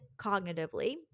cognitively